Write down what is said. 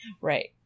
Right